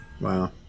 Wow